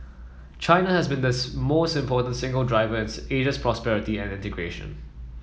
China has been the most important single driver in Asia's prosperity and integration